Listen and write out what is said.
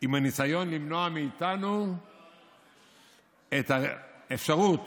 עם הניסיון למנוע מאיתנו את האפשרות